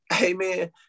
Amen